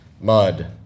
Mud